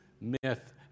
myth